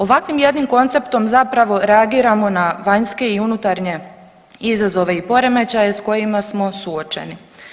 Ovakvim jednim konceptom zapravo reagiramo na vanjske i unutarnje izazove i poremećaje s kojima smo suočeni.